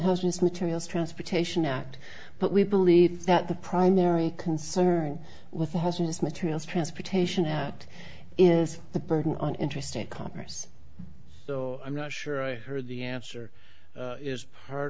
husband's materials transportation act but we believe that the primary concern with the hazardous materials transportation out is the burden on intrastate commerce i'm not sure i heard the answer is part